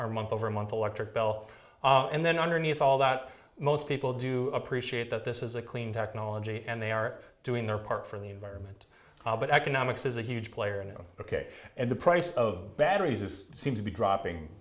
our month over month electric bell and then underneath all that most people do appreciate that this is a clean technology and they are doing their part for the environment but economics is a huge player no ok and the price of batteries is seem to be dropping